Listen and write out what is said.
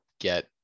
get